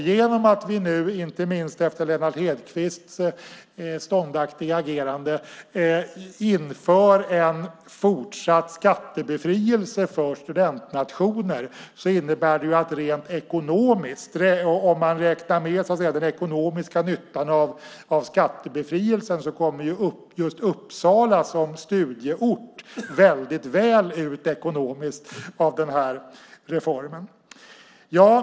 Genom att vi nu, inte minst efter Lennart Hedquists ståndaktiga agerande, inför en fortsatt skattebefrielse för studentnationer, räknar vi med att just Uppsala som studieort i och med den ekonomiska nyttan av skattebefrielsen kommer väl ut ekonomiskt av reformen.